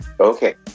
Okay